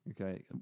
Okay